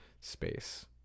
space